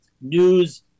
news